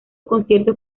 conciertos